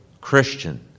Christian